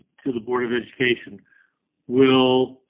to the board of education will.